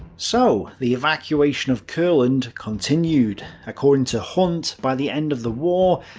so the evacuation of courland continued. according to hunt, by the end of the war,